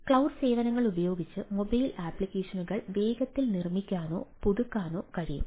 cloud സേവനങ്ങൾ ഉപയോഗിച്ച് mobile അപ്ലിക്കേഷനുകൾ വേഗത്തിൽ നിർമ്മിക്കാനോ പുതുക്കാനോ കഴിയും